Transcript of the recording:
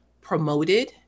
promoted